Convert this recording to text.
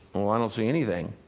oh, i don't see anything.